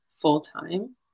full-time